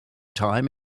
time